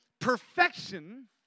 perfection